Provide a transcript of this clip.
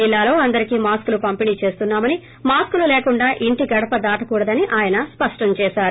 జిల్లాలో అందరికి మాస్క లు పంపిణి చేస్తున్నామని మాస్కులు లేకుండా ఇంటి గడప దాటకూడదని ఆయన స్పష్టం చేశారు